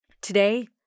Today